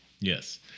Yes